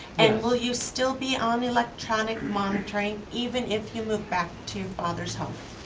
and will you still be on electronic monitoring even if you move back to father's home?